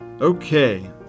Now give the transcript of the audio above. Okay